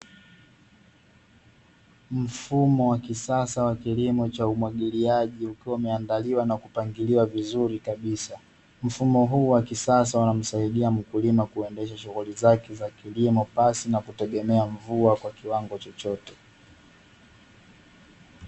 Mfumo wa kisasa wa kilimo cha umwagiliaji ukiwa umeandaliwa na kupangilia vizuri kabisa. Mfumo huu wa kisasa unamsaidia mkulima kuongoza shughuli zake za kilimo pasi na kutegemea mvua kwa kiwango chochote.